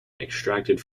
extracted